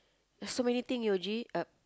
so many thing your g~